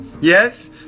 Yes